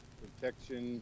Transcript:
protection